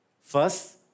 First